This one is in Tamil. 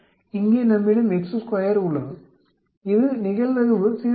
எனவே இங்கே நம்மிடம் உள்ளது இது நிகழ்தகவு 0